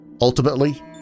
Ultimately